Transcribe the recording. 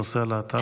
בנושא הלהט"בי?